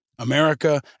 America